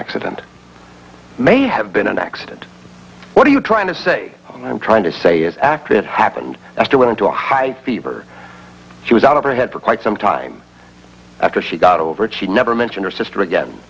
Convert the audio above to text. accident may have been an accident what are you trying to say i'm trying to say as act it happened after went into a high fever she was out of her head for quite some time after she got over it she never mentioned her sister again